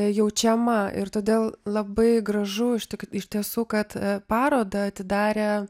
jaučiama ir todėl labai gražu iš tiesų kad parodą atidarė